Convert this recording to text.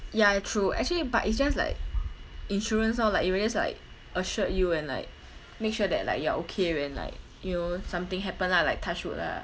ya true actually but it's just like insurance orh like it will just like assured you and like make sure that like you are okay when like you know something happen lah like touch wood lah